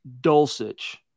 Dulcich